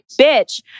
bitch